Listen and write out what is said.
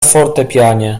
fortepianie